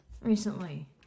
recently